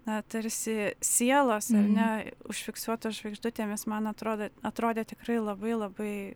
na tarsi sielos ar ne užfiksuotos žvaigždutėmis man atrodo atrodė tikrai labai labai